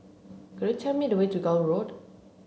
could you tell me the way to Gul Road